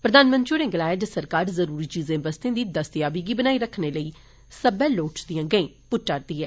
प्रधानमंत्री होरें गलाया जे सरकार जरूरी चीजें बस्तें दी दस्तावेजी गी बनाई रक्खनें लेई सब्बै लोढ़चदी गैं प्ट्टा करदी ऐ